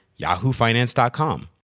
yahoofinance.com